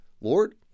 Lord